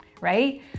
right